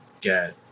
get